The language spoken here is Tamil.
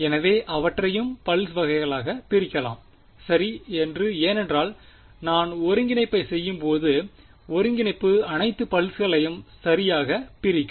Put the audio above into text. எனவே அவற்றையும் பல்ஸ் வகைகளாக பிரிக்கலாம் சரி என்று ஏனென்றால் நான் ஒருங்கிணைப்பைச் செய்யும்போது ஒருங்கிணைப்பு அனைத்து பல்ஸ்களையும் சரியாகப் பிரிக்கும்